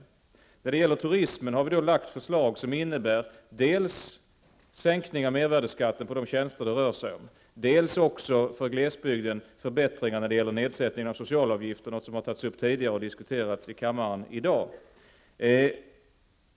När det gäller turism har regeringen lagt fram förslag, som innebär dels sänkningar av mervärdeskatten på de tjänster som det rör sig om, dels glesbygden för förbättringar när det gäller nedsättningen av sociala avgifter. Detta har diskuterats i kammaren tidigare i dag.